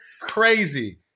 crazy